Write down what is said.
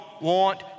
want